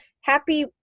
happy